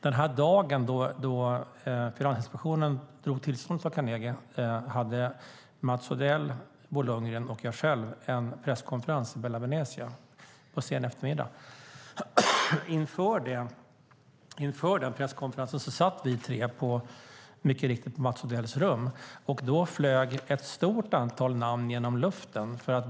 Den dag då Finansinspektionen drog in tillståndet för Carnegie hade Mats Odell, Bo Lundgren och jag själv en presskonferens i Bella Venetia under sen eftermiddag. Inför den presskonferensen satt vi tre mycket riktigt på Mats Odells rum. Då flög ett stort antal namn genom luften.